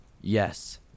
Yes